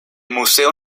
museo